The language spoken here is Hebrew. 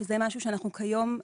שזה משהו שאנחנו כיום,